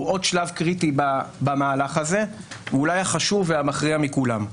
עוד שלב קריטי במהלך הזה והוא אולי החשוב והמכריע מכולם.